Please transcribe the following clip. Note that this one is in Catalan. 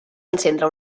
encendre